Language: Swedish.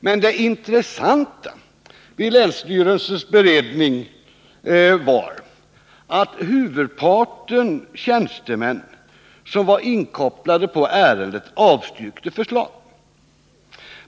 Men det intressanta vid länsstyrelsens beredning var att huvudparten tjänstemän som var inkopplade på ärendet avstyrkte förslaget.